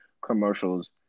commercials